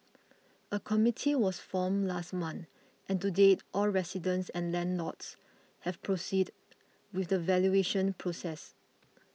a committee was formed last month and to date all residents and landlords have proceeded with the valuation process